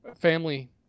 family